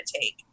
take